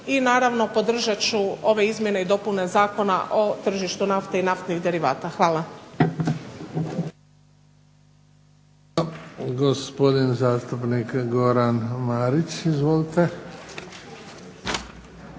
i naravno podržat ću ove izmjene i dopune Zakona o tržištu nafte i naftnih derivata. Hvala.